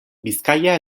bizkaia